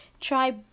try